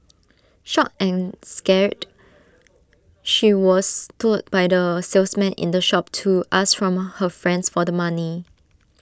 shocked and scared she was told by the salesman in the shop to ask from her friends for the money